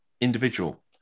individual